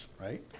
right